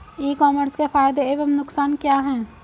ई commerce के फायदे एवं नुकसान क्या हैं?